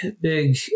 big